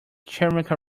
chemical